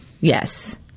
Yes